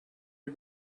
you